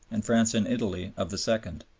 and france and italy of the second.